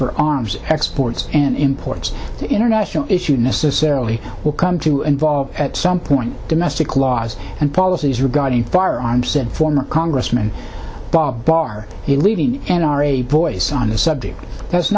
for arms exports and imports international issue necessarily will come to involve at some point domestic laws and policies regarding firearms said former congressman bob barr leading n r a boys on a subject that's